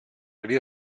cria